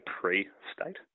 pre-state